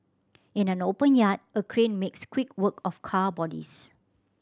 in an open yard a crane makes quick work of car bodies